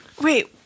Wait